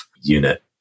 unit